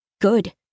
Good